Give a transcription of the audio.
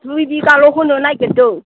दुइ बिघाल' होनो नागिरदों